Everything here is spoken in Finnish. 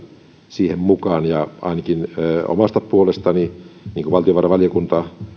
siihen mukaan ainakin omasta puolestani niin kuin valtiovarainvaliokunta